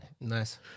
Nice